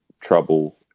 trouble